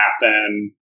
happen